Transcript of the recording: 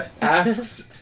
Asks